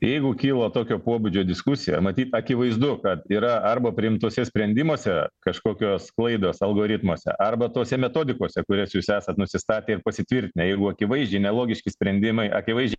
jeigu kyla tokio pobūdžio diskusija matyt akivaizdu kad yra arba priimtuose sprendimuose kažkokios klaidos algoritmuose arba tose metodikose kurias jūs esat nusistatę ir pasitvirtinę jeigu akivaizdžiai nelogiški sprendimai akivaizdžiai